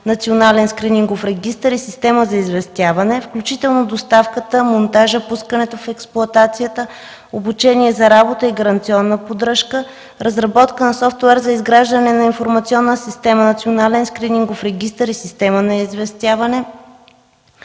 национален скринингов регистър и система за известяване, включително доставката, монтажа, пускането в експлоатация, обучение за работа и гаранционна поддръжка, разработка на софтуер за изграждане на информационна система „Национален скрирингов регистър и система на известяване”,